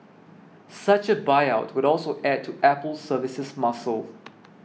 such a buyout would also add to Apple's services muscle